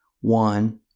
One